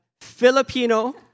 Filipino